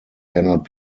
cannot